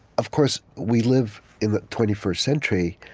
of course, we live in the twenty first century.